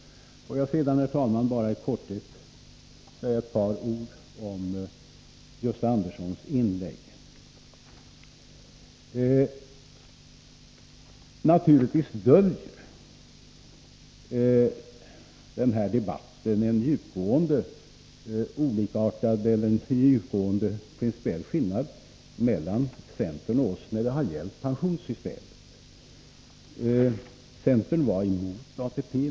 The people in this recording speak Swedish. Får jag sedan, herr talman, bara i korthet säga ett par ord om Gösta Anderssons inlägg. Naturligtvis döljer den här debatten en djupgående principiell skillnad mellan centern och oss socialdemokrater när det gäller pensionssystemet. Centern var emot ATP.